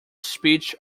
speech